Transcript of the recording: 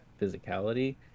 physicality